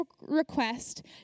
request